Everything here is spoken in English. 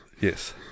Yes